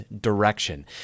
direction